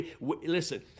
Listen